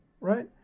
Right